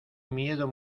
miedo